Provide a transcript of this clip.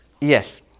yes